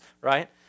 right